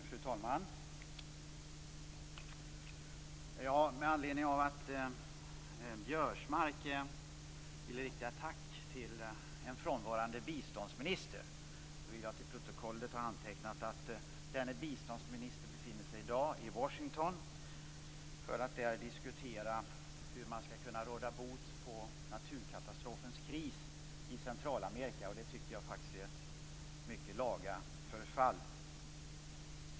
Fru talman! Med anledning av att Biörsmark ville rikta ett tack till en frånvarande biståndsminister vill jag till protokollet ha antecknat att denna biståndsminister i dag befinner sig i Washington för att där diskutera hur man skall råda bot på naturkatastrofens kris i Centralamerika. Och det tycker jag faktiskt är ett mycket laga förfall.